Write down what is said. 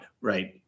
right